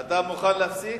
אתה מוכן להפסיק?